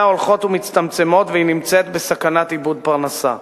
הולכות ומצטמצמות והיא נמצאת בסכנת איבוד הפרנסה?